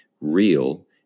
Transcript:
real